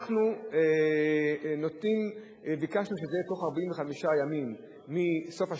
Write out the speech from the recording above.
אנחנו ביקשנו שזה יהיה תוך 45 ימים מסוף השנה,